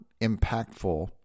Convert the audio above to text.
impactful